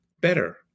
better